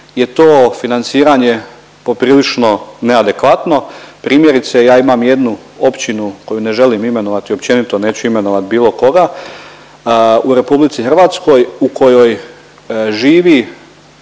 je to financiranje poprilično neadekvatno. Primjerice ja imam jednu općinu koju ne želim imenovati, općenito neću imenovat bilo koga, u RH u kojoj živi